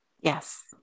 Yes